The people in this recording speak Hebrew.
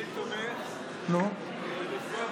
בנוגע למחבלים,